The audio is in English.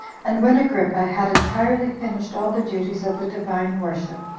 and when agrippa had entirely finished all the duties of the divine worship,